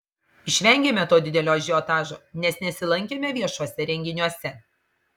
išvengėme to didelio ažiotažo nes nesilankėme viešuose renginiuose